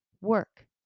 Work